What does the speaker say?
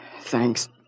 Thanks